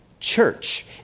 Church